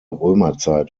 römerzeit